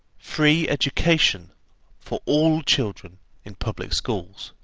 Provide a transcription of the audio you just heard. free education for all children in public schools.